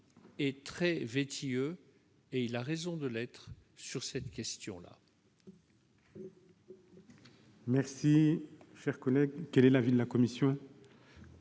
est très vétilleux- il a raison de l'être -sur ces questions.